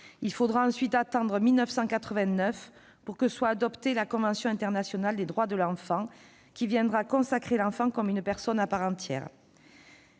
Il faudra ensuite attendre 1989 pour que soit adoptée la Convention internationale des droits de l'enfant, consacrant l'enfant comme une personne à part entière.